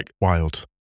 Wild